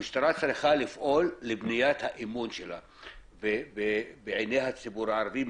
המשטרה צריכה לפעול לבניית האמון שלה בעיני הציבור הערבי.